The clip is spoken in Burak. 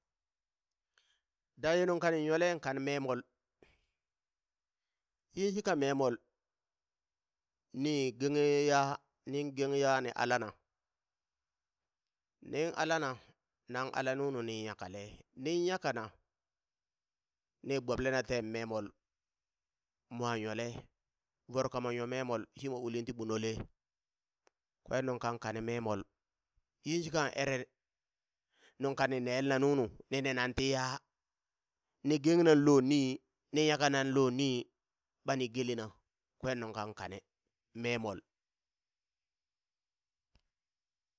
Da ye nung kanin nyole kan memol, yin shika memol ni genghe yaa niŋ geng yaa ni ala na, nin ala na nan ala nunu ni nyakale, nin nyaka na ni boble na teen memol, mwa yole voro ka mwan nyo memol shimo ulin ti ɓunole, kwen nung kan kane memol yin shikan ere nung kani nelena nunu, ni nenan ti yaa, ni geng na lo nii, ni nyaka nan lo nii ɓani gelena, kwen nun kan kane memol.